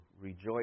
rejoice